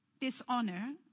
dishonor